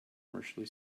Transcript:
commercially